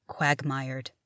quagmired